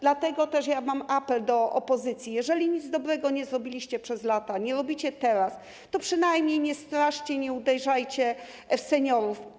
Dlatego mam apel do opozycji: jeżeli nic dobrego nie zrobiliście przez lata, nie robicie teraz, to przynajmniej nie straszcie, nie uderzajcie w seniorów.